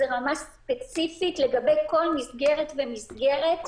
זאת רמה ספציפית לגבי כל מסגרת ומסגרת.